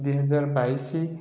ଦୁଇହଜାର ବାଇଶି